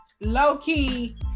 low-key